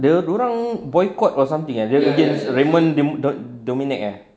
dia dorang boycott or something I really against raymond dominic eh